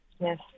Yes